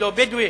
לא בדואי,